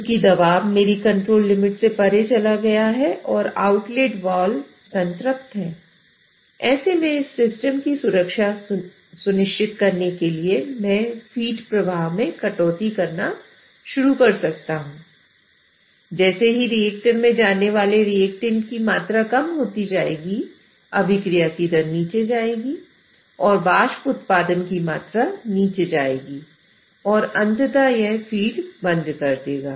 क्योंकि दबाव मेरी कंट्रोल लिमिट से परे चला गया है और आउटलेट वाल्व को बंद कर देगा